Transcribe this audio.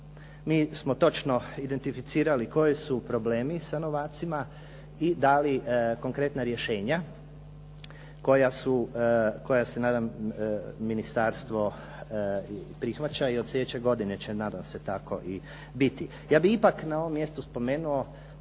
Mi smo točno identificirali koji su problemi sa novacima i dali konkretna rješenja koja se nadam ministarstvo prihvaća i od slijedeće godine će nadam se tako i biti. Ja bih ipak na ovom mjestu spomenuo